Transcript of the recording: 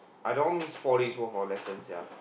I don't want miss four days worth of lessons sia